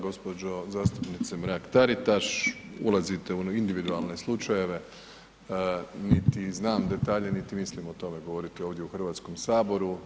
Gospođo zastupnice Mrak Taritaš, ulazite u individualne slučajeve, niti znam detalje, niti mislim o tome govoriti ovdje u Hrvatskom saboru.